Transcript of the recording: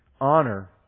honor